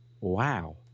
wow